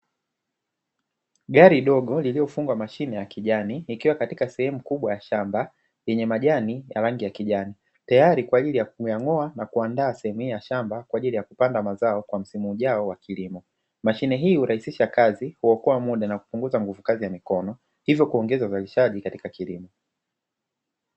Gari dogo liliyofungwa mashine ya kijani, ikiwa katika sehemu kubwa ya shamba, yenye majani ya rangi ya kijani, tayari kwa ajili ya kuyang’oa na kuandaa sehemu hii ya shamba, kwa ajili ya kupanda mazao kwa msimu ujao wa kilimo, mashine hii hurahisisha kazi, huokoa muda, na kupunguza nguvu kazi ya mikono, hivyo kuongeza uzalishaji katika kilimo.